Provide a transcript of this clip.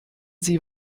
sie